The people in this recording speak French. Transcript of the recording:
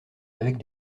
avec